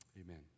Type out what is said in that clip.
Amen